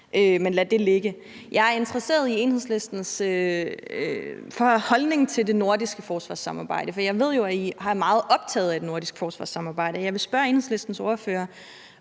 Men lad det ligge. Jeg er interesseret i Enhedslistens holdning til det nordiske forsvarssamarbejde, for jeg ved jo, at I er meget optaget af et nordisk forsvarssamarbejde. Jeg vil spørge Enhedslistens ordfører,